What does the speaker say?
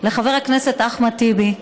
לחבר הכנסת אחמד טיבי,